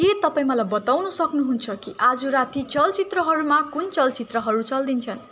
के तपाईँ मलाई बताउन सक्नु हुन्छ कि आज राति चलचित्रहरूमा कुन चलचित्रहरू चल्दैछन्